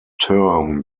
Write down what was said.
term